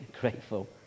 grateful